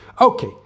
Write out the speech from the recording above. okay